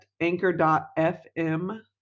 anchor.fm